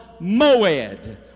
moed